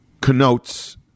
connotes